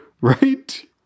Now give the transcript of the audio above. Right